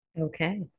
okay